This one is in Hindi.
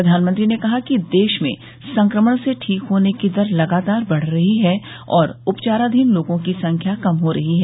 प्रधानमंत्री ने कहा कि देश में संक्रमण से ठीक होने की दर लगातार बढ रही है और उपचाराधीन लोगों की संख्या कम हो रही है